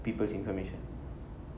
people's information